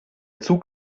zug